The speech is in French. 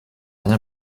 rien